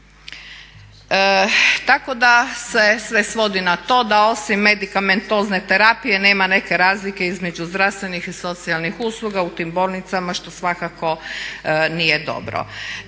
Tako da se sve svodi na to da osim medikamentozne terapije nema neke razlike između zdravstvenih i socijalnih usluga u tim bolnicama što svakako nije dobro.